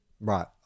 right